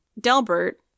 Delbert